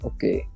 Okay